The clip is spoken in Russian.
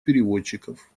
переводчиков